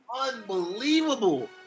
Unbelievable